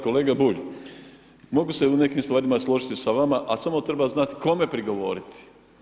Kolega Bulj, mogu se u nekim stvarima složiti sa vama a samo treba znati kome prigovoriti.